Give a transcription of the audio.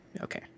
Okay